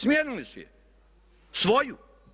Smijenili su je, svoju.